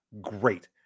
great